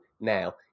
Now